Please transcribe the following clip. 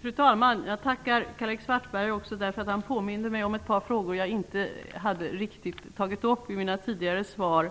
Fru talman! Jag tackar Karl-Erik Svartberg. Han påminde mig om ett par frågor som jag inte riktigt hade tagit upp i mina tidigare svar.